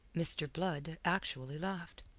mr. blood actually laughed.